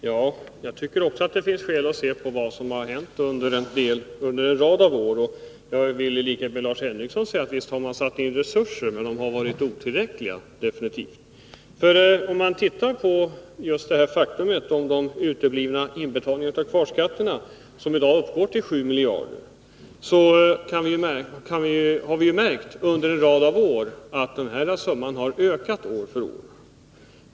Herr talman! Jag tycker också att det finns skäl att se på vad som hänt under en rad av år. Jag vill i likhet med Lars Henrikson säga att visst har man satt in resurser. Men dessa har definitivt varit otillräckliga. De uteblivna inbetalningarna av kvarskatter uppgår i dag till 7 miljarder. Vi har under en rad av år märkt att den här summan ökat år för år.